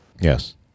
yes